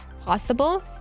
possible